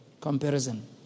Comparison